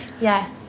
Yes